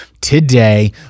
today